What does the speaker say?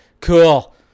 Cool